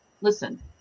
listen